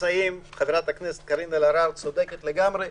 חברת הכנסת קארין אלהרר צודקת לגמרי,